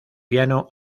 piano